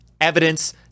evidence